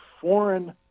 foreign